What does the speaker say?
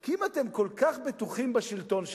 כי אם אתם כל כך בטוחים בשלטון שלכם,